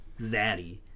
Zaddy